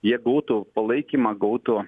jie būtų palaikymą gautų